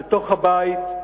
בתוך הבית,